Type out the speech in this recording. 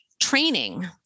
training